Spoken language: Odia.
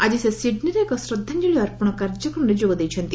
ଆଜି ସେ ସିଡ୍ନୀରେ ଏକ ଶ୍ରଦ୍ଧାଞ୍ଜଳି ଅର୍ପଣ କାର୍ଯ୍ୟକ୍ରମରେ ଯୋଗ ଦେଇଛନ୍ତି